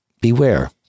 beware